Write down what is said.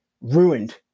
ruined